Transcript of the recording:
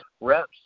reps